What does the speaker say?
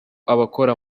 abakora